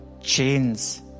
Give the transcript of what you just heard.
chains